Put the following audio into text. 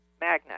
magnet